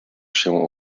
się